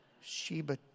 Sheba